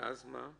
ואז מה?